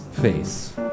face